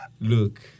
look